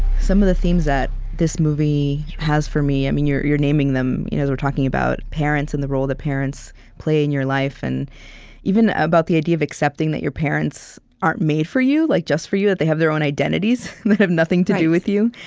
some of the themes that this movie has for me, and you're naming them you know as we're talking about parents and the role that parents play in your life, and even about the idea of accepting that your parents aren't made for you, like just for you that they have their own identities that have nothing to do with you.